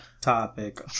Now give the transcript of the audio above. topic